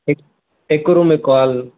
हिकु रूम हिकु हॉल